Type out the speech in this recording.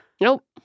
Nope